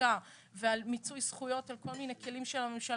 חקיקה ומיצוי זכויות של כל מיני כלים של הממשלה.